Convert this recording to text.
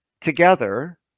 together